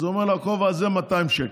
אז הוא אומר לו: הכובע הזה 200 שקל.